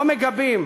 לא מגבים.